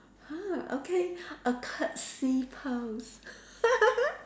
!huh! okay a curtsy pose